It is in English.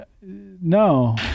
No